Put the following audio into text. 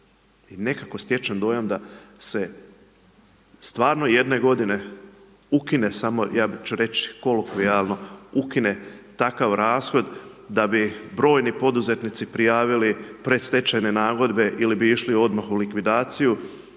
nekako stječem dojam da se stvarno jedne g. ukine samo, ja ću reći kolokvijalno ukine takav rashod, da bi brojni poduzetnici prijavili predstečajne nagodbe, ili bi išli odmah u likvidaciju,